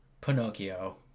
pinocchio